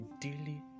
daily